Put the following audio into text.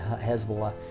Hezbollah